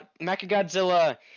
Mechagodzilla